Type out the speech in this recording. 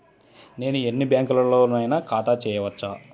నేను ఎన్ని బ్యాంకులలోనైనా ఖాతా చేయవచ్చా?